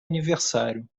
aniversário